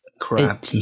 Crap